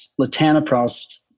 latanoprost